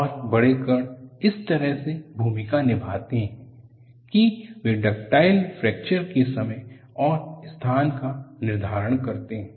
और बड़े कण इस तरह से भूमिका निभाते हैं कि वे डक्टाइल फ्रैक्चर के समय और स्थान का निर्धारण करते हैं